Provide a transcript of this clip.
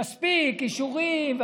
מספיק אישורים.